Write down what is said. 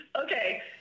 okay –